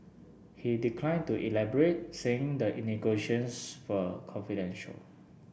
he declined to elaborate saying the negotiations for confidential